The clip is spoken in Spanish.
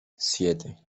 siete